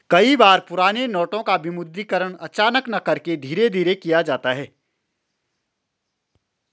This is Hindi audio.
कई बार पुराने नोटों का विमुद्रीकरण अचानक न करके धीरे धीरे किया जाता है